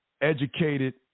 educated